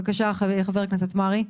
בבקשה, חבר הכנסת מרעי.